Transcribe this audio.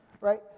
Right